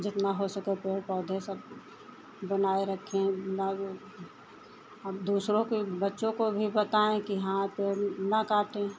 जितना हो सके पेड़ पौधे सब बनाए रखें बाग दूसरों के बच्चों को भी बताएँ कि हाँ पेड़ ना काटें